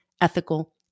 ethical